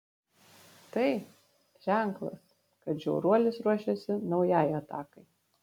tai ženklas kad žiauruolis ruošiasi naujai atakai